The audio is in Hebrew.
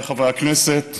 חבריי חברי הכנסת,